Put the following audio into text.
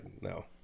no